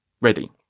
ready